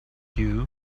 you